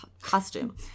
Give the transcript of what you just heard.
costume